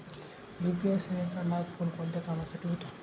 UPI सेवेचा लाभ कोणकोणत्या कामासाठी होतो?